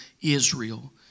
Israel